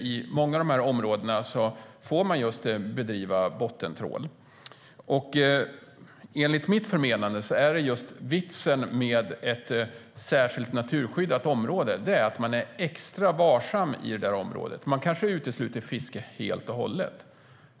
I många av dessa områden får man bedriva bottentrålning. Enligt mitt förmenande är vitsen med ett särskilt naturskyddat område att man är extra varsam där. Man kanske utesluter fiske helt och hållet.